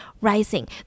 rising